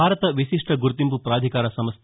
భారత విశిష్ట గుర్తింపు ప్రాధికార సంస్ట